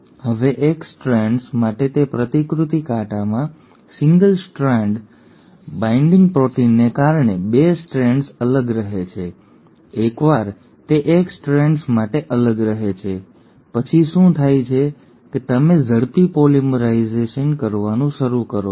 હવે એક સ્ટ્રેન્ડ્સ માટે તે પ્રતિકૃતિ કાંટામાં સિંગલ સ્ટ્રાન્ડ બાઇન્ડિંગ પ્રોટીનને કારણે 2 સ્ટ્રેન્ડ્સ અલગ રહે છે એકવાર તે એક સ્ટ્રેન્ડ્સ માટે અલગ રહે છે પછી શું થાય છે કે તમે ઝડપી પોલિમરાઇઝેશન કરવાનું શરૂ કરો છો